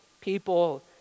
People